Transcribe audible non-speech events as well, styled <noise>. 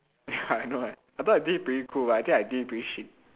<laughs> ya I know right I thought I did it pretty cool but I think I did it pretty shit